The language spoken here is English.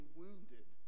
wounded